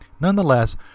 Nonetheless